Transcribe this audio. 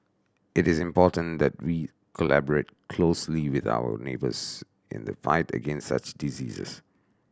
it is important that we collaborate closely with our neighbours in the fight against such diseases